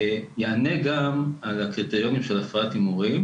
יענה גם על הקריטריונים של הפרעת הימורים.